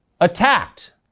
attacked